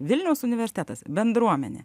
vilniaus universitetas bendruomenė